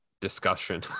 discussion